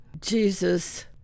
Jesus